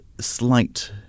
slight